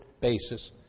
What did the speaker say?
basis